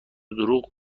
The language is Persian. دروغ